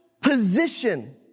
position